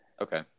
Okay